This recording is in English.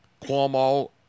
Cuomo